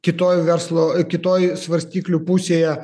kitoj verslo kitoj svarstyklių pusėje